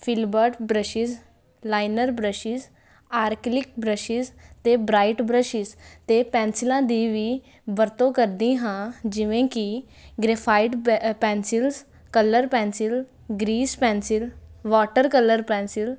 filbert brushes liner brushes acrylic brushes ਅਤੇ bright brushes ਅਤੇ ਪੈਨਸਿਲਾਂ ਦੀ ਵੀ ਵਰਤੋਂ ਕਰਦੀ ਹਾਂ ਜਿਵੇਂ ਕਿ graphite pencils colour pencil grease pencil water colour pencil